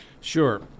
sure